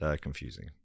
confusing